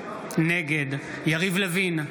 נגד יריב לוין,